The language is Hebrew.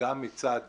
גם מצד